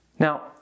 Now